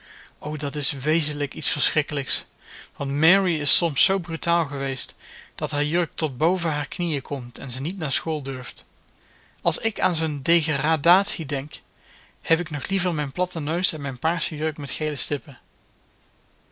o dat is wezenlijk iets verschrikkelijks want mary is soms zoo brutaal geweest dat haar jurk tot boven haar knieën komt en ze niet naar school durft als ik aan zoo'n deggeradatie denk heb ik nog liever mijn platten neus en mijn paarse jurk met gele stippen